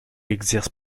exerce